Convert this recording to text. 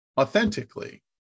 authentically